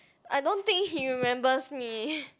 I don't think he remembers me